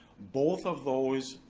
both of those,